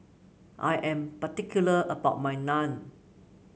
I am particular about my Naan